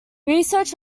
research